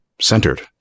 centered